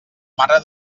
mare